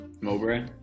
Mowbray